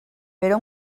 però